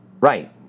right